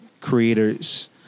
creators